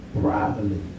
privately